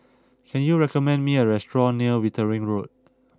can you recommend me a restaurant near Wittering Road